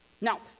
Now